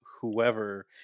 whoever